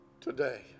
today